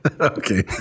Okay